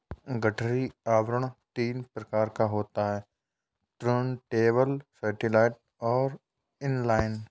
गठरी आवरण तीन प्रकार का होता है टुर्नटेबल, सैटेलाइट और इन लाइन